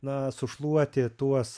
na sušluoti tuos